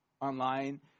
online